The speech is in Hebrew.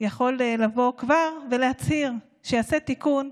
יכול לבוא כבר ולהצהיר שיעשה תיקון,